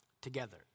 together